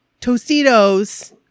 tostitos